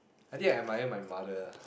I think I admire my mother